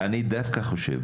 אני באמת חושב,